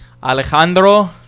Alejandro